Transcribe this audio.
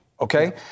okay